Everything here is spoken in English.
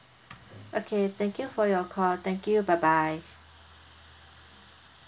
okay thank you for your call thank you bye bye